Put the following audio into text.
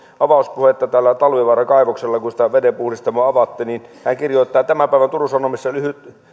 avauspuhetta talvivaaran kaivoksella kun sitä vedenpuhdistamoa avattiin hän kirjoittaa tämän päivän turun sanomissa lyhyt